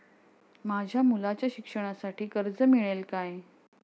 माझ्या मुलाच्या शिक्षणासाठी कर्ज मिळेल काय?